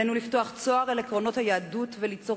עלינו לפתוח צוהר אל עקרונות היהדות וליצור